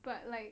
but like